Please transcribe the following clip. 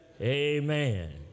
amen